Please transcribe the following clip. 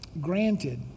granted